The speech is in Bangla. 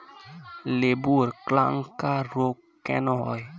লেবুর ক্যাংকার রোগ কেন হয়?